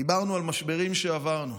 דיברנו על משברים שעברנו: